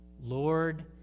Lord